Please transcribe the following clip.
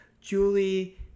Julie